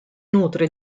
nutre